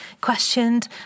questioned